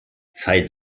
zeit